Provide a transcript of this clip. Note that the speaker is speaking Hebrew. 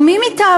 או מי מטעמו,